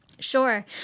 Sure